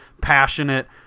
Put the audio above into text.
passionate